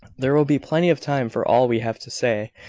there will be plenty of time for all we have to say,